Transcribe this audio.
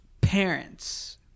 Parents